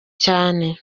cyane